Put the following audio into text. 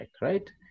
right